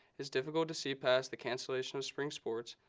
it's difficult to see past the cancellation of spring sports,